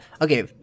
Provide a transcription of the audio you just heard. okay